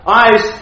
eyes